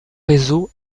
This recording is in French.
réseau